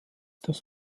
dass